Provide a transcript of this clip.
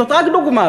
זו רק דוגמה,